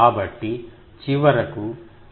కాబట్టి చివరకు ఈ విషయం 1